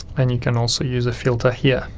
and you can also use a filter here.